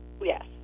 Yes